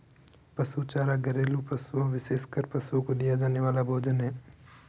पशु चारा घरेलू पशुओं, विशेषकर पशुओं को दिया जाने वाला भोजन है